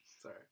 Sorry